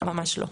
ממש לא.